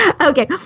Okay